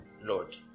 Lord